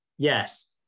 Yes